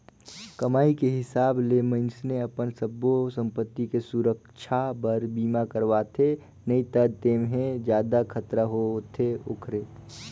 कमाई के हिसाब ले मइनसे अपन सब्बो संपति के सुरक्छा बर बीमा करवाथें नई त जेम्हे जादा खतरा होथे ओखरे